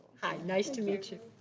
hi, nice to meet you.